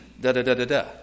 da-da-da-da-da